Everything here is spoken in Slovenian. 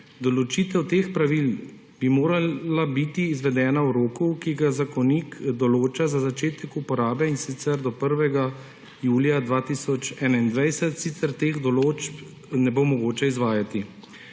Določitev teh pravil bi morala biti izvedena v roku, ki ga zakonik določa za začetek uporabe, in sicer do 1. julija 2021, sicer teh določb ne bo mogoče izvajati.